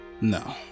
No